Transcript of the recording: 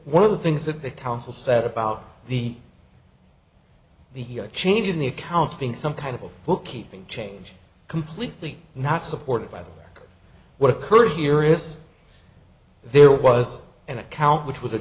one of the things the big council said about the the change in the account being some kind of a bookkeeping change completely not supported by what occurred here is there was an account which was a